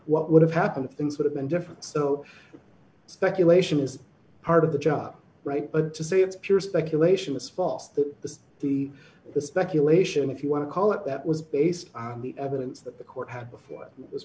what would have happened things would have been different so the speculation is part of the job right but to say it's pure speculation is false that the the the speculation if you want to call it that was based on the evidence that the court had before